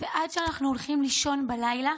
ועד שאנחנו הולכים לישון בלילה